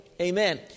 Amen